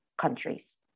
countries